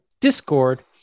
Discord